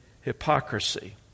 hypocrisy